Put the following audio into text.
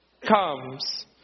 comes